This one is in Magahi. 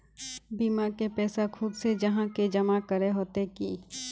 बीमा के पैसा खुद से जाहा के जमा करे होते की?